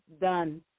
done